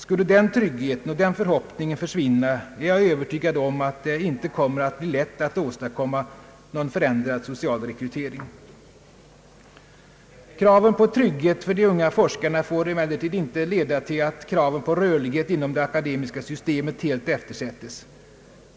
Skulle den tryggheten och den förhoppningen försvinna, är jag övertygad om att det inte kommer att bli lätt att åstadkomma någon förändrad social rekrytering. Kraven på trygghet för de unga forskarna får emellertid inte leda till att kraven på rörlighet inom det akademiska systemet helt eftersättes.